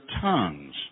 tongues